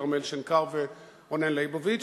כרמל שנקר ורונן ליבוביץ,